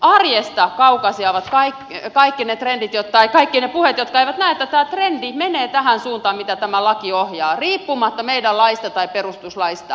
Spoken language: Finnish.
arjesta kaukaisia ovat kaikki ne puheet jotka eivät näe että tämä trendi menee tähän suuntaan mitä tämä laki ohjaa riippumatta meidän laista tai perustuslaista